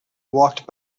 walked